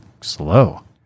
slow